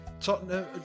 Tottenham